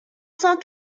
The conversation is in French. cent